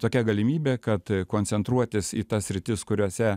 tokia galimybė kad koncentruotis į tas sritis kuriose